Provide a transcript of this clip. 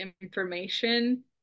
information